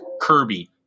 Kirby